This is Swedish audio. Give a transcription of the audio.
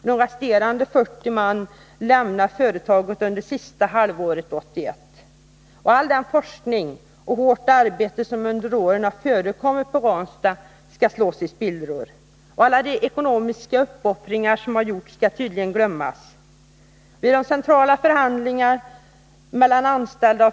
De återstående 40 anställda lämnar företaget under sista halvåret 1981. All den forskning och allt det hårda arbete som under åren har förekommit vid Ranstad skall slås i spillror. Alla de ekonomiska uppoffringar som gjorts skall tydligen glömmas.